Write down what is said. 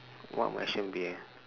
what my action be